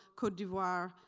cote d'ivoire,